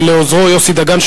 ולעוזרו יוסי דגן,